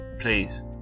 please